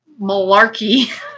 malarkey